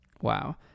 Wow